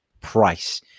price